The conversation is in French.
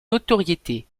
notoriété